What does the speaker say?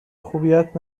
خوبیت